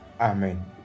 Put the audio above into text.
Amen